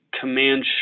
command